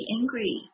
angry